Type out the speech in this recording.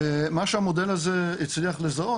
ומה שהמודל הזה הצליח לזהות,